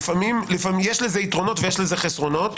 יש לזה יתרונות ויש לזה חסרונות.